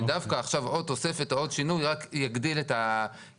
ודווקא עכשיו עוד תוספת או עוד שינוי רק יגדיל את העיוות.